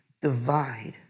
divide